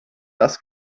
das